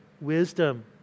wisdom